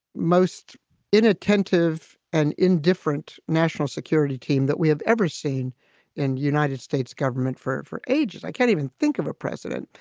most inattentive and indifferent national security team that we have ever seen in united states government for for ages. i can't even think of a precedent.